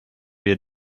wir